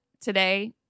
today